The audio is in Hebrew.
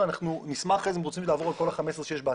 נעשה את כל התחקירים ואת כל הצעדים שצריך.